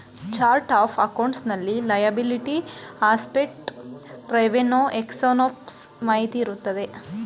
chart of accounts ನಲ್ಲಿ liability, assets, revenue expenses ಮಾಹಿತಿ ಇರುತ್ತೆ